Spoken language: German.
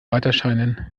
weiterscheinen